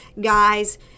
guys